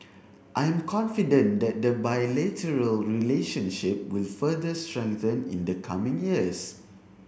I am confident that the bilateral relationship will further strengthen in the coming years